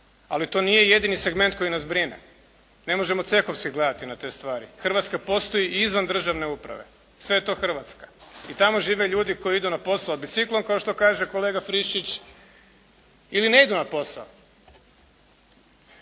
ali to nije jedini segment koji nas brine, ne možemo cehovski gledati na te stvari. Hrvatska postoji i izvan državne uprave, sve je to Hrvatska i tamo žive ljudi koji idu na poslove biciklom, kao što kaže kolega Friščić ili ne idu na posao.